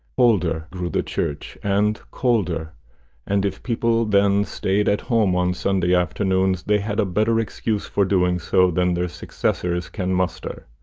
older grew the church, and colder and if people then staid at home on sunday afternoons they had a better excuse for doing so than their successors can muster.